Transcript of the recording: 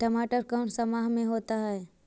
टमाटर कौन सा माह में होता है?